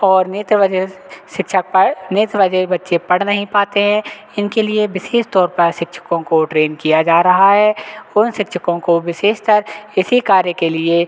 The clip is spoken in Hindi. और नेत्र बधिर शिक्षा पर नेत्र बधिर बच्चे पढ़ नहीं पाते हैं इनके लिए विशेष तौर पर शिक्षकों को ट्रेन किया जा रहा है उन शिक्षकों को विशेषकर इसी कार्य के लिए